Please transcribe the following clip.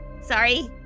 Sorry